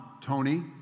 Tony